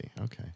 Okay